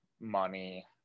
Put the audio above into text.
money